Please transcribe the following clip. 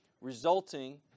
resulting